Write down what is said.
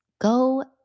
Go